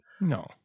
No